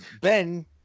Ben